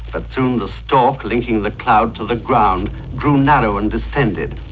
but soon the stalk linking the clouds to the ground grew narrow and descended,